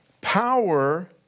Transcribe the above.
Power